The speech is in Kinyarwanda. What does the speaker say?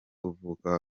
uvuka